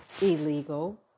illegal